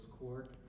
court